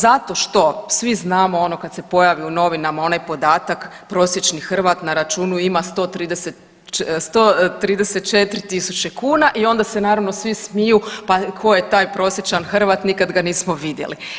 Zato što svi znamo ono kad se pojavi u novinama onaj podatak prosječni Hrvat na računu ima 130, 134.000 kuna i onda se naravno svi smiju, pa ko je taj prosječan Hrvat, nikad ga nismo vidjeli.